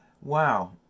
wow